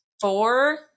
four